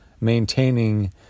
maintaining